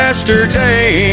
Yesterday